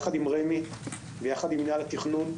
ביחד עם רמ"י ועם מינהל התכנון,